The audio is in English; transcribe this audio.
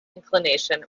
inclination